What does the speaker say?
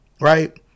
right